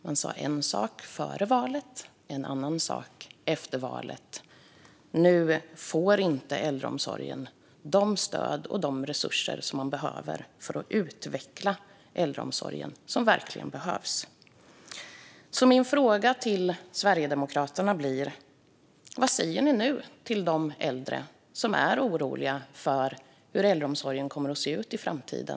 Man sa en sak före valet och en annan sak efter valet. Nu får inte äldreomsorgen de stöd och de resurser för att utveckla äldreomsorgen som verkligen behövs. Min fråga till Sverigedemokraterna blir: Vad säger ni nu till de äldre som är oroliga för hur äldreomsorgen kommer att se ut i framtiden?